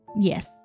Yes